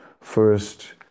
first